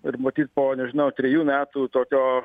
ir matyt po nežinau trejų metų tokio